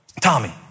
Tommy